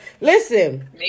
Listen